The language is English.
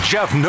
Jeff